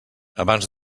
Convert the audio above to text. abans